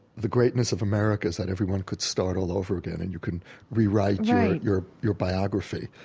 the greatness of america is that everyone could start all over again and you can rewrite your your biography.